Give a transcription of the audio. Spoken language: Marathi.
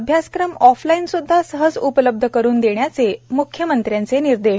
अभ्यासक्रम ऑफलाइन सुद्धा सहज उपलब्ध करून देण्याचे मुख्यमंत्र्यानचे निर्देश